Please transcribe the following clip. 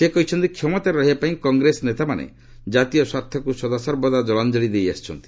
ସେ କହିଛନ୍ତି କ୍ଷମତାରେ ରହିବା ପାଇଁ କଂଗ୍ରେସ ନେତାମାନେ ଜାତୀୟ ସ୍ୱାର୍ଥକୁ ସଦାସର୍ବଦା ଜଳାଞ୍ଜଳୀ ଦେଇ ଆସିଛନ୍ତି